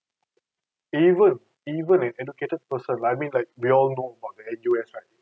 even even educated person like I mean like we all know about when in U_S right